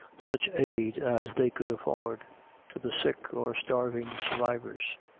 such aid as they could afford to the sick or starving survivors.